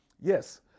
Yes